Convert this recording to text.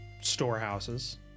storehouses